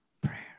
Prayer